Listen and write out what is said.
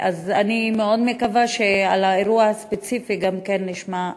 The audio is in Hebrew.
אז אני מאוד מקווה שעל האירוע הספציפי נשמע.